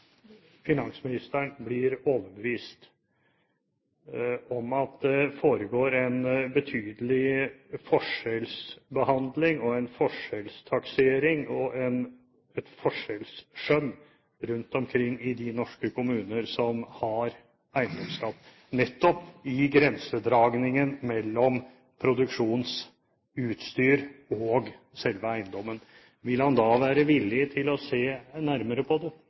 finansministeren blir overbevist om at det foregår en betydelig forskjellsbehandling, en forskjellstaksering og et forskjellsskjønn rundt omkring i de norske kommuner som har eiendomsskatt, nettopp i grensedragningen mellom produksjonsutstyr og selve eiendommen, vil han da være villig til å se nærmere på